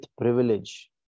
privilege